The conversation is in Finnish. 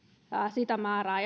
sitä määrää